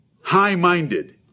high-minded